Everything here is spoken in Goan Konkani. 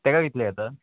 ताका कितले घेता